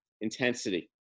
intensity